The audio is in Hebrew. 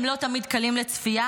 הם לא תמיד קלים לצפייה,